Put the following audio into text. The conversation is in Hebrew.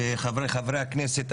וחבריי חברי הכנסת,